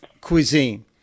cuisine